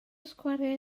sgwariau